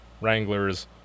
Wranglers